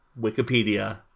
Wikipedia